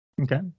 Okay